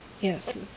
Yes